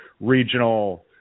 regional